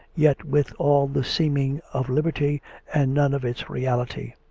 yet with all the seeming of liberty and none of its reality.